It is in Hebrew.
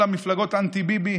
כל מפלגות אנטי-ביבי,